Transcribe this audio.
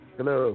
Hello